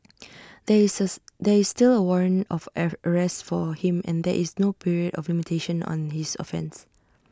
there is there is still A warrant of arrest for him and there is no period of limitation on his offence